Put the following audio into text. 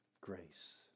grace